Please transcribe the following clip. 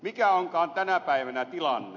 mikä onkaan tänä päivänä tilanne